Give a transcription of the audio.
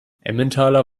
emmentaler